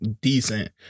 decent